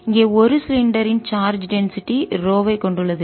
இங்கே ஒரு சிலிண்டர் உருளை இன் சார்ஜ் டென்சிட்டி அடர்த்தி ரோவைக் கொண்டுள்ளது